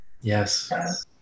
Yes